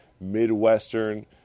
Midwestern